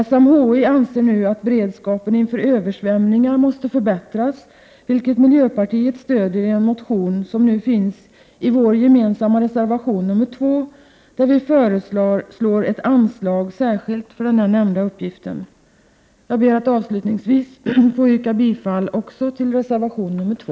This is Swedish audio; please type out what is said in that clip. SMHI anser nu att beredskapen inför översvämningar måste förbättras, vilket miljöpartiet stöder i en motion som nu finns i vår gemensamma reservation nr 2, där vi föreslår ett anslag särskilt för den nämnda uppgiften. Avslutningsvis ber jag att få yrka bifall också till reservation nr 2.